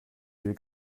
will